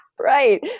Right